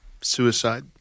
suicide